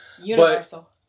Universal